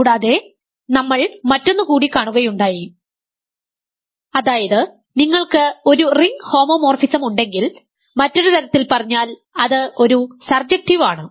കൂടാതെ നമ്മൾ മറ്റൊന്നുകൂടി കാണുകയുണ്ടായി അതായത് നിങ്ങൾക്ക് ഒരു റിംഗ് ഹോമോമോർഫിസം ഉണ്ടെങ്കിൽ മറ്റൊരു തരത്തിൽ പറഞ്ഞാൽ അത് ഒരു സർജെക്ടിവ് ആണ്